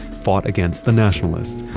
fought against the nationalists,